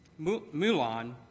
Mulan